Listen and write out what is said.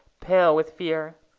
pale with fear.